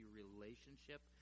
relationship